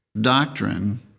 doctrine